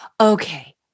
okay